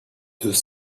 deux